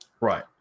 Right